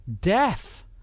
death